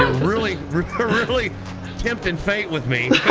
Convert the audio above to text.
ah really really tempting fate with me.